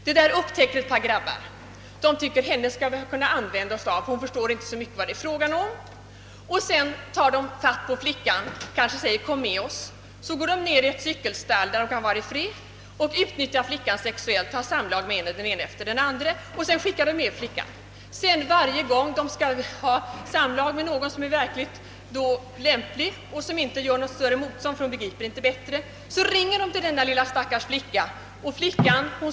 Detta upptäcker ett par pojkar och tycker att de kan använda sig av henne därför att hon förstår inte riktigt vad det är fråga om. De tar fatt på flickan och går ned till ett cykelstall där de får vara i fred, och den ena efter den andra av pojkarna utnyttjar flickan sexuellt. Sedan skickar de ut henne igen. Varje gång de vill ha samlag med någon som är verkligt lämplig därför att hon inte gör något större motstånd eftersom hon inte begriper bättre, ringer de till denna stackars lilla flicka.